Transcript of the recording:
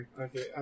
Okay